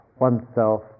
oneself